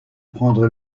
prendre